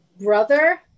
brother